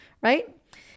right